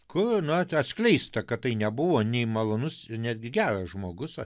kur na atskleista kad tai nebuvo nei malonus netgi geras žmogus